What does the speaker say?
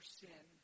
sin